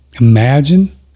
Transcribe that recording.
imagine